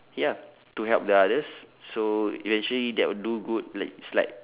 ya to help the others so eventually that would do good like it's like